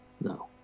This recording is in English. no